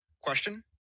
Question